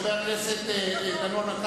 חבר הכנסת דנון,